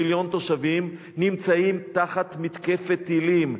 מיליון תושבים, נמצאים תחת מתקפת טילים.